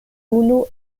unu